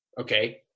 Okay